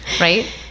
right